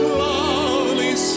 lovely